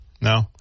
No